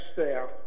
staff